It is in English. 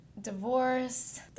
divorce